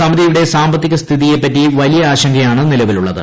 സമിതിയുടെ സാമ്പത്തിക ് സ്ഥിതീയെപ്പറ്റി വലിയ ആശങ്കയാണ് നിലവിലുള്ളത്